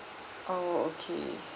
oh okay